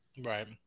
Right